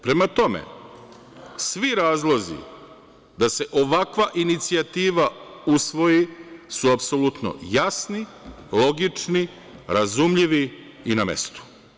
Prema tome, svi razlozi da se ovakva inicijativa usvoji su apsolutno jasni, logični, razumljivi i na mestu.